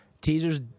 teasers